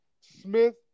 Smith